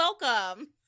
welcome